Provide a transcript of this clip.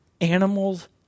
animals